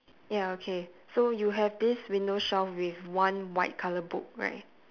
ya okay so you have this window shelf with one white colour book right